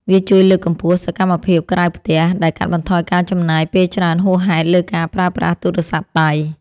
វាជួយលើកកម្ពស់សកម្មភាពក្រៅផ្ទះ ដែលកាត់បន្ថយការចំណាយពេលច្រើនហួសហេតុលើការប្រើប្រាស់ទូរស័ព្ទដៃ។